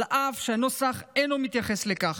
אף שהנוסח אינו מתייחס לכך.